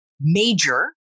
major